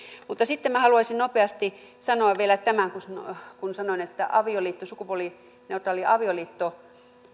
mutta sitten minä haluaisin nopeasti sanoa vielä tämän kun kun sanoin että avioliitto sukupuolineutraali avioliitto